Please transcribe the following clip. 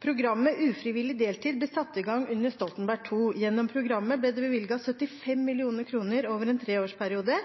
Programmet Ufrivillig deltid ble satt i gang under Stoltenberg II. Gjennom programmet ble det bevilget 75 mill. kr over en treårsperiode